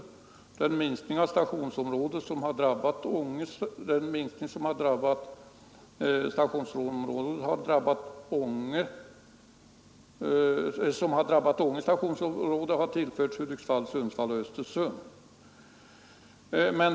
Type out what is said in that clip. Den minskning av stationsområdet som har drabbat Ånge stationsområde har tillförts Hudiksvall, Sundsvall och Östersund.